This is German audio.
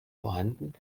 vorhanden